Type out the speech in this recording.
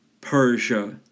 Persia